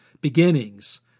beginnings